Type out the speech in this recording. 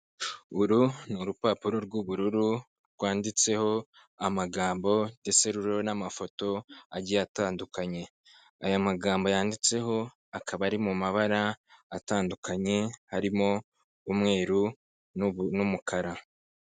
Uru ni urupapuro rw'ubururu rwanditseho amagambo ndetse ruriho n'amafoto agiye atandukanye, aya magambo yanditseho akaba ari mu mabara atandukanye harimo umweru n'umukara.